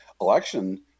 election